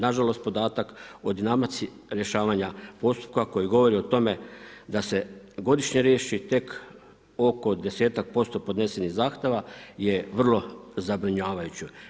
Na žalost podatak od dinamici rješavanja postupka koji govori o tome da se godišnje riješi tek oko 10-tak posto podnesenih zahtjeva je vrlo zabrinjavajući.